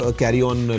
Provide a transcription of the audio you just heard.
carry-on